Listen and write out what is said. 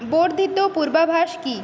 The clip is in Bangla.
বর্ধিত পূর্বাভাস কী